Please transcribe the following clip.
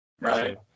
Right